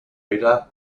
peter